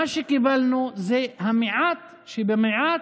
מה שקיבלנו זה המעט שבמעט,